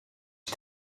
هیچ